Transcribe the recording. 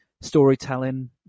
storytelling